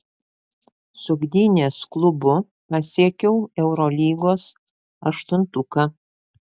su gdynės klubu pasiekiau eurolygos aštuntuką